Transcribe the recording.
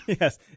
Yes